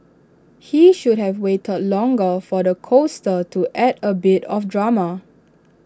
he should have waited longer for the coaster to add A bit of drama